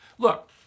Look